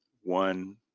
one